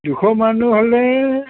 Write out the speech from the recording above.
দুশ মানুহ হ'লে